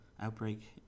outbreak